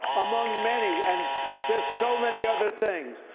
among many, and just so many other things.